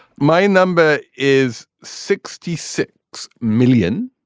my number is sixty six million,